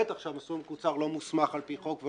בטח שהמסלול המקוצר לא מוסמך על פי חוק.